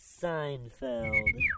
Seinfeld